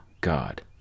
God